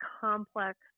complex